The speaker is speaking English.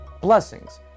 blessings